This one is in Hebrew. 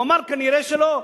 הוא אמר: כנראה שלא.